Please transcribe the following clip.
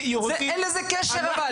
אבל אין לזה קשר.